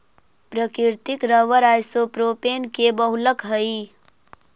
प्राकृतिक rubber isopropene के बहुलक हई